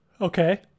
Okay